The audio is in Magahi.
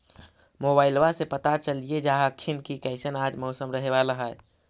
मोबाईलबा से पता चलिये जा हखिन की कैसन आज मौसम रहे बाला है?